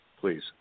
please